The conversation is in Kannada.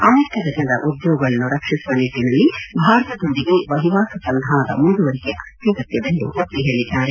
ಅಮೆರಿಕದ ಜನರ ಉದ್ಲೋಗಗಳನ್ನು ರಕ್ಷಿಸುವ ನಿಟ್ಟನಲ್ಲಿ ಭಾರತದೊಂದಿಗೆ ವಹಿವಾಟು ಸಂಧಾನದ ಮುಂದುವರಿಕೆ ಅತ್ಯಗತ್ವವೆಂದು ಒತ್ತಿ ಹೇಳಿದ್ದಾರೆ